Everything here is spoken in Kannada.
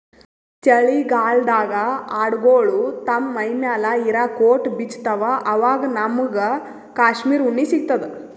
ಚಳಿಗಾಲ್ಡಾಗ್ ಆಡ್ಗೊಳು ತಮ್ಮ್ ಮೈಮ್ಯಾಲ್ ಇರಾ ಕೋಟ್ ಬಿಚ್ಚತ್ತ್ವಆವಾಗ್ ನಮ್ಮಗ್ ಕಾಶ್ಮೀರ್ ಉಣ್ಣಿ ಸಿಗ್ತದ